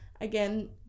Again